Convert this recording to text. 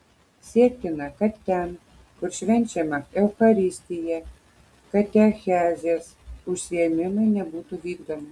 siektina kad ten kur švenčiama eucharistija katechezės užsiėmimai nebūtų vykdomi